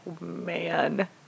man